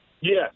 Yes